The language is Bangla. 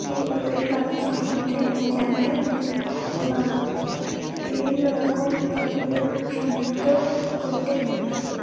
এইভাবেই পাখি সম্বন্ধে আমি জানতে পারি বা বিভিন্ন রকম পাখিদের শনাক্ত করতে পারি